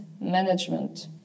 management